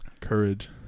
Courage